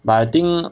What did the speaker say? but I think